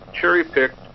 cherry-picked